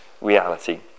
reality